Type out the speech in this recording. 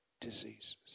diseases